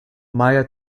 mia